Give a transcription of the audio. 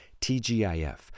TGIF